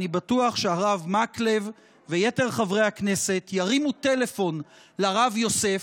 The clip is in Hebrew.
אני בטוח שהרב מקלב ויתר חברי הכנסת ירימו טלפון לרב יוסף,